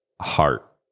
heart